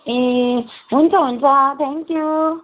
ए हुन्छ हुन्छ thank you